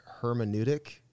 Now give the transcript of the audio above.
hermeneutic